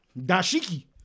Dashiki